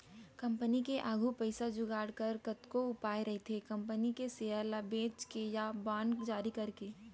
company के आघू पइसा जुगाड़ बर कतको उपाय रहिथे कंपनी के सेयर ल बेंच के या बांड जारी करके